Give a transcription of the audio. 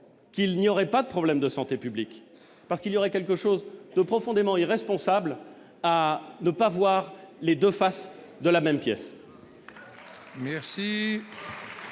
qu'il n'y aurait pas de problème de santé publique, parce qu'il y aurait quelque chose de profondément irresponsable à ne pas voir les 2 faces de la même pièce.